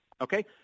Okay